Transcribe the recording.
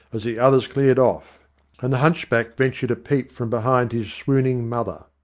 as the others cleared off and the hunchback ventured a peep from behind his swooning mother.